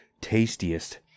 Tastiest